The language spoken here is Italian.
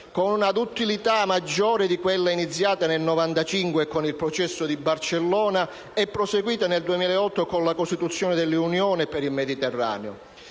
con una duttilità maggiore di quella iniziata nel 1995 con il Processo di Barcellona e proseguita nel 2008 con la costituzione dell'Unione per il Mediterraneo.